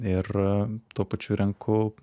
ir tuo pačiu renku